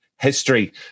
history